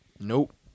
Nope